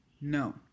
no